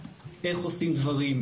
איך עושים דברים,